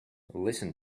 listen